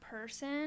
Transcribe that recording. person